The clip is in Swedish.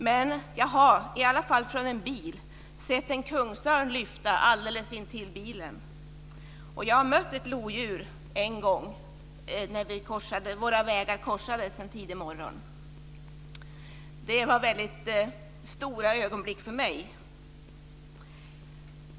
Men jag har i alla fall från en bil sett en kungsörn lyfta alldeles intill bilen. Jag har mött ett lodjur en gång när våra vågar korsades en tidig morgon. Det var väldigt stora ögonblick för mig.